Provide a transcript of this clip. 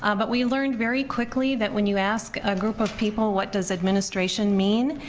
um but we learned very quickly that when you ask a group of people, what does administration mean,